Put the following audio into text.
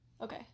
Okay